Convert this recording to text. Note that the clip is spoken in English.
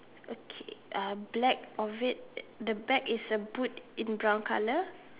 okay uh black or red the bag is a boot in brown colour